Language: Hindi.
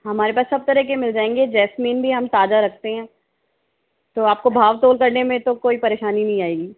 हमारे पास सब तरह के मिल जाएंगे जैस्मिन भी हम ताजा रखते है तो आपको भाव टोल करने में तो कोई परेशानी नहीं आएगी